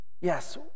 Yes